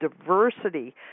diversity